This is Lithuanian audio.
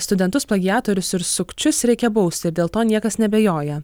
studentus plagiatorius ir sukčius reikia bausti ir dėl to niekas neabejoja